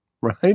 right